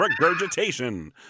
regurgitation